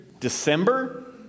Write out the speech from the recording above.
December